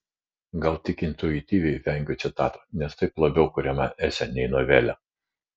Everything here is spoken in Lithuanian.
gal tik intuityviai vengiu citatų nes taip labiau kuriama esė nei novelė